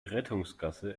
rettungsgasse